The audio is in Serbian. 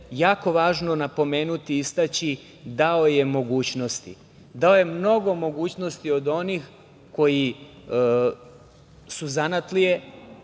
jako važno napomenuti, istaći, dao je mogućnosti, dao je mnogo mogućnosti od onih koji su zanatlije,